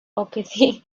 ogilvy